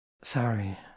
Sorry